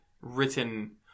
written